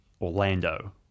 Orlando